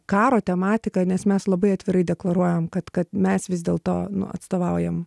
karo tematika nes mes labai atvirai deklaruojam kad kad mes vis dėlto nuo atstovaujam